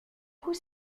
coup